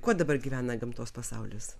kuo dabar gyvena gamtos pasaulis